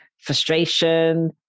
frustration